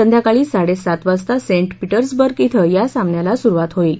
संध्याकाळी साडेसात वाजता सेंट पिटर्सबर्ग धिं या सामन्याला सुरूवात होईल